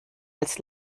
als